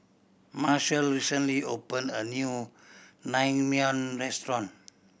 Marshal recently opened a new Naengmyeon Restaurant